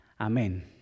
Amen